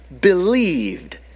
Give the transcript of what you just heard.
believed